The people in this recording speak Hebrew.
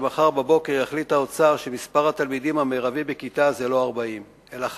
שמחר בבוקר יחליט האוצר שמספר התלמידים המרבי בכיתה זה לא 40 אלא 50,